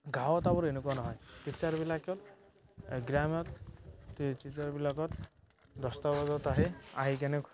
গাঁৱত আমাৰ এনেকুৱা নহয় টিচ্ছাৰবিলাকে গ্ৰাম্যত টি টিচ্ছাৰবিলাকৰ দহটা বজাত আহে আহি কিনে